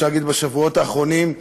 אפשר להגיד בשבועות האחרונים,